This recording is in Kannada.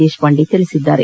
ದೇಶಪಾಂಡೆ ತಿಳಿಸಿದ್ದಾರೆ